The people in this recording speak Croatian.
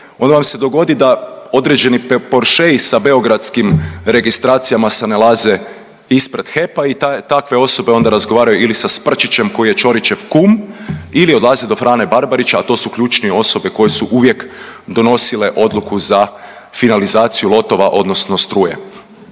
onda vam se dogodi da određeni Porschei sa beogradskim registracijama se nalaze ispred HEP-a i onda takve osobe onda razgovaraju ili sa Sprčićem koji je Ćorićev kum ili odlaze do Frane Barbarića, a to su ključne osobe koje su uvijek donosile odluku za finalizaciju lotova odnosno struje.